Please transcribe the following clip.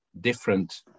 different